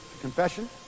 confession